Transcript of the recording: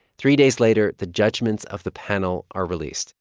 three days later, the judgments of the panel are released